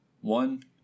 One